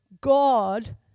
God